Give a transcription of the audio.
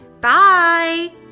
Bye